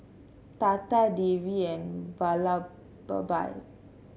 Tata Devi and Vallabhbhai